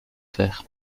faire